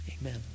Amen